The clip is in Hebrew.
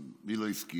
מה, מי לא הסכים?